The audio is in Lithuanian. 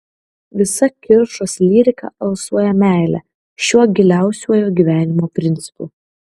visa kiršos lyrika alsuoja meile šiuo giliausiuoju gyvenimo principu